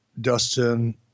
Dustin